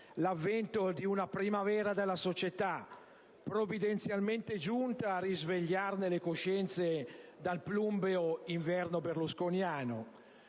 l'avvento di una primavera della società, provvidenzialmente giunta a risvegliare le coscienze dal plumbeo inverno berlusconiano.